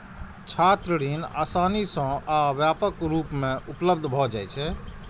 छात्र ऋण आसानी सं आ व्यापक रूप मे उपलब्ध भए जाइ छै